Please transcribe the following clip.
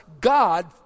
God